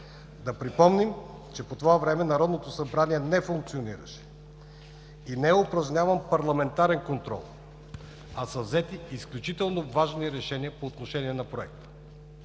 Да припомним, че по това време Народното събрание не функционираше и не е упражняван парламентарен контрол, а са взети изключително важни решения по отношение на Проекта.